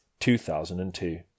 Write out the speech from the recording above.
2002